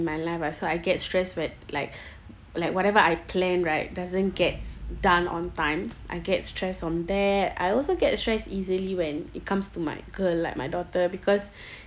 my life ah so I get stressed with like like whatever I plan right doesn't gets done on time I get stressed on that I also get stressed easily when it comes to my girl like my daughter because